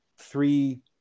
three